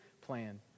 plan